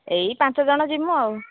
ଏଇ ପାଞ୍ଚ ଜଣ ଯିମୁ ଆଉ